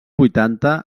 vuitanta